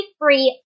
free